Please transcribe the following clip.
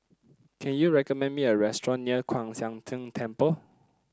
can you recommend me a restaurant near Kwan Siang Tng Temple